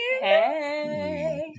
Hey